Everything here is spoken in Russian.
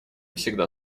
всегда